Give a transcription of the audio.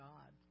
God